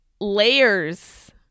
layers